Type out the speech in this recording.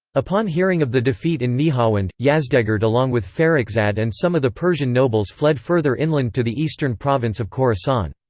upon hearing of the defeat in nihawand, yazdegerd along with farrukhzad and some of the persian nobles fled further inland to the eastern province of khorasan.